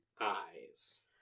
eyes